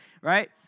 right